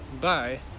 bye